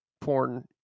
porn